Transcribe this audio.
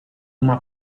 uma